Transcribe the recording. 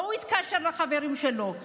והוא התקשר לחברים שלו,